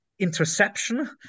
interception